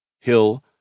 Hill